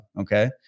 okay